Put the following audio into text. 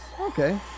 Okay